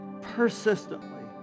persistently